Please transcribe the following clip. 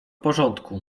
porządku